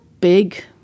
big